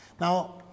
Now